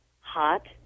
hot